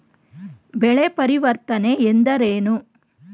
ಬೆಳೆ ಪರಿವರ್ತನೆ ಎಂದರೇನು?